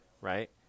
right